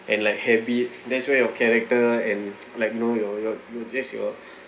and like habits that's where your character and like you know your your you just your